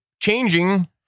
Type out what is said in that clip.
changing